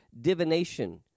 divination